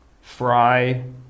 Fry